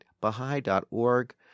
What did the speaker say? baha'i.org